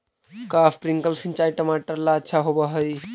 का स्प्रिंकलर सिंचाई टमाटर ला अच्छा होव हई?